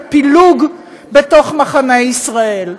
פילוג בתוך מחנה ישראל".